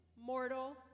mortal